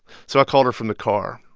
so i called her from the car.